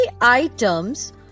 items